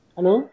Hello